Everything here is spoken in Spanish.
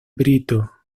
brito